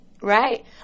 Right